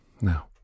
Now